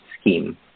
scheme